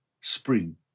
spring